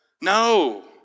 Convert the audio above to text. No